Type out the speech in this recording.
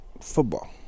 football